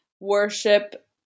worship